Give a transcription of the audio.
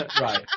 Right